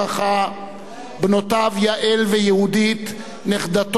בנותיו יעל ויהודית, נכדתו ליהיא;